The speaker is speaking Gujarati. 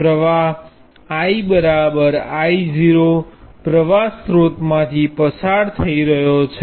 પ્રવાહ I I૦પ્રવાહ સ્ત્રોત માંથી પસાર થઈ રહ્યો છે